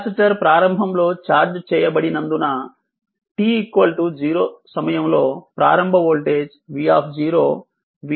capacitor ప్రారంభంలో charge చేయబడినందున t 0 సమయం లో ప్రారంభ వోల్టేజ్ v V 0 అనుకోండి